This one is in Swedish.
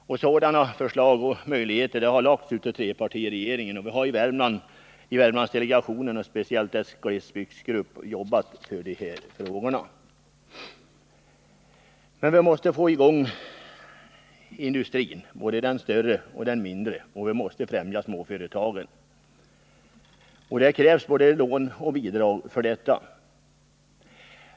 Sådana förslag har lagts fram av trepartiregeringen, och Värmlandsdelegationen — speciellt dess glesbygdsgrupp — har arbetat med de här frågorna. Vi måste vidare få i gång både den större och den mindre industrin. Vi måste alltså också främja småföretagen. Det krävs både lån och bidrag för detta.